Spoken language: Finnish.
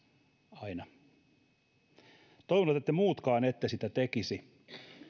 aina toivon että te muutkaan ette sitä tekisi